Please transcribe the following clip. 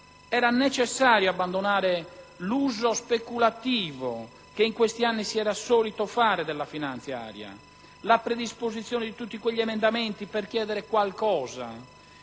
era necessario abbandonare l'uso speculativo che in questi anni si era soliti fare della finanziaria, la predisposizione di tutti quegli emendamenti per chiedere qualcosa